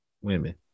women